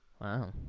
Wow